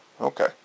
Okay